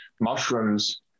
mushrooms